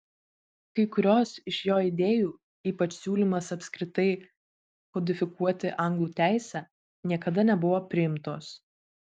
kai kurios iš jo idėjų ypač siūlymas apskritai kodifikuoti anglų teisę niekada nebuvo priimtos